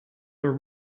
are